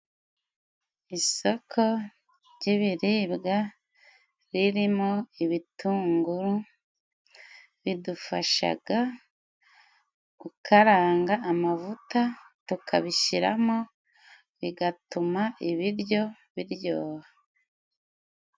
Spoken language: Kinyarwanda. Isoko ry'ibiribwa ririmo ibitunguru bidufashaga gukaranga amavuta tukabishiramo bigatuma ibiryo biryoha.